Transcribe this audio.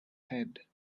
head